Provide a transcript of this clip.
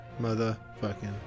motherfucking